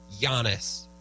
Giannis